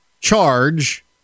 charge